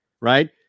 right